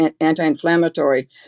anti-inflammatory